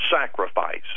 sacrifice